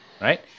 right